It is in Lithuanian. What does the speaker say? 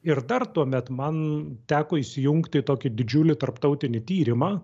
ir dar tuomet man teko įsijungti į tokį didžiulį tarptautinį tyrimą